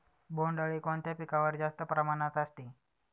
बोंडअळी कोणत्या पिकावर जास्त प्रमाणात असते?